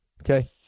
Okay